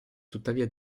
tuttavia